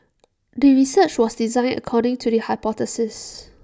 the research was designed according to the hypothesis